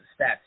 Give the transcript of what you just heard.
stats